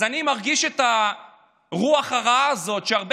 אז אני מרגיש את הרוח הרעה הזאת שהרבה